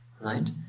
right